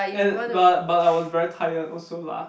and but but I was very tired also lah